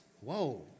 Whoa